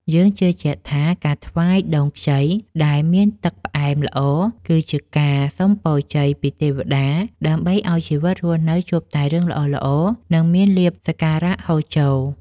យើងជឿជាក់ថាការថ្វាយដូងខ្ចីដែលមានទឹកផ្អែមល្អ គឺជាការសុំពរជ័យពីទេវតាដើម្បីឱ្យជីវិតរស់នៅជួបតែរឿងល្អៗ និងមានលាភសក្ការៈហូរចូល។